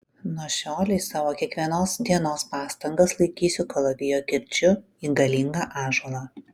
nuo šiolei savo kiekvienos dienos pastangas laikysiu kalavijo kirčiu į galingą ąžuolą